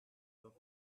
love